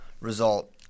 result